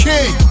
King